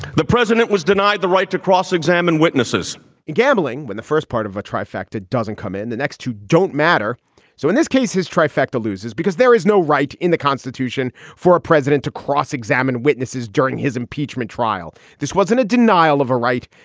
the president was denied the right to cross-examine witnesses in gambling when the first part of a trifecta doesn't come in, the next two don't matter so in this case, his trifecta loses because there is no right in the constitution for a president to cross-examine witnesses during his impeachment trial. this wasn't a denial of a right.